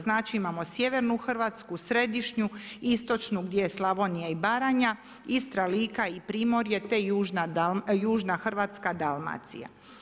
Znači imamo, sjevernu Hrvatsku, središnju, istočnu gdje je Slavonija i Baranja, Istra, Lika i Primorje, te južna Hrvatska Dalmacija.